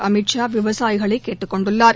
அமித் ஷா விவசாயிகளை கேட்டுக் கொண்டுள்ளார்